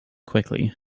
quickly